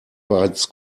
bereits